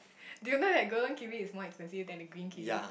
do you know that golden kiwi is more expensive than the green kiwi